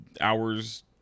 hours